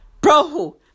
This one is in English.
Bro